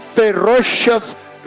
ferocious